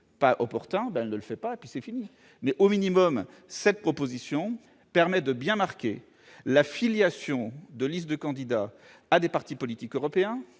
pas opportun, elle ne le fait pas. Au minimum, cette proposition permet de bien marquer l'affiliation de listes de candidats à des partis politiques européens